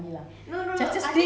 !huh!